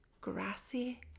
grassy